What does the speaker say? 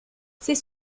c’est